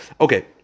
Okay